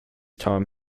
time